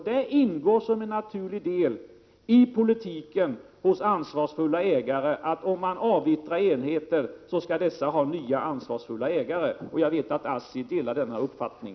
Det ingår som en naturlig del i politiken hos ansvarsfulla ägare att om man avyttrar enheter skall dessa få nya ansvarsfulla ägare. Jag vet att ASSI delar denna uppfattning.